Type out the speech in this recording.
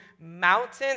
mountains